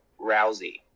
Rousey